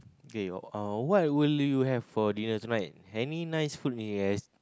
K uh what will you have for dinner tonight any nice food you have